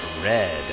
Red